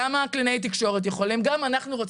למה קלינאי תקשורת יכולים?